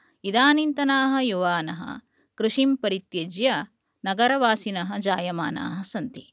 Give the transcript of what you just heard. इदानींतनाः युवानः कृषिं परित्यज्य नगरवासिनः जायमानः सन्ति